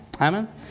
Amen